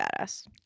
Badass